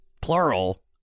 plural